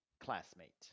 classmate